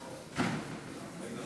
37 נגד 35. אני חוזרת,